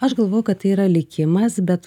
aš galvoju kad tai yra likimas bet